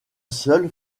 seul